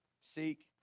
seek